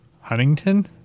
Huntington